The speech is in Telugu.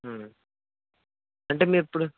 అంటే మీరిప్పుడు